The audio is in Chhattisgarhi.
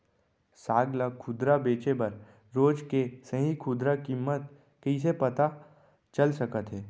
साग ला खुदरा बेचे बर रोज के सही खुदरा किम्मत कइसे पता चल सकत हे?